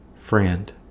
friend